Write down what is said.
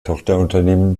tochterunternehmen